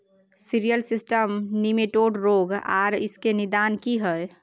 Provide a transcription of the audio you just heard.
Cereal system nematode रोग आर इसके निदान की हय?